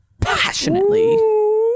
passionately